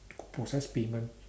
process payment